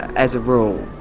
as a rule?